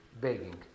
begging